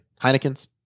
Heineken's